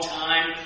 time